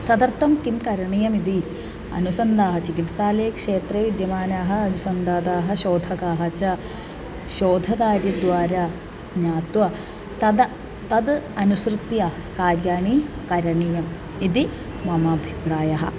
तदर्थं किं करणीयमिति अनुसन्धः चिकित्सालयक्षेत्रे विद्यमानाः अनुसन्धाताः शोधकाः च शोधकार्यद्वारा ज्ञात्वा तदा तदनुसृत्य कार्याणि करणीयम् इति मम अभिप्रायः